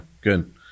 good